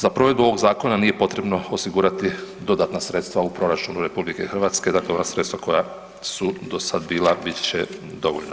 Za provedbu ovog zakona nije potrebno osigurati dodatna sredstva u proračunu RH, dakle ona sredstva koja su do sad bila, bit će dovoljna.